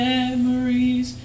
Memories